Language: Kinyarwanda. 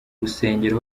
rusengero